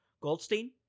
Goldstein